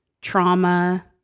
trauma